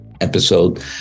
episode